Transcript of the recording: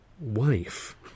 wife